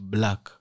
Black